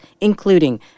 including